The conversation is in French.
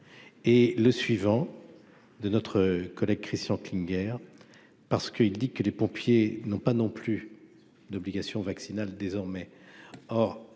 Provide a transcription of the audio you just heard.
est le suivant : de notre collègue Christian Klinger, parce qu'il dit que les pompiers n'ont pas non plus d'obligation vaccinale désormais,